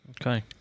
Okay